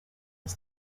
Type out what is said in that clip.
was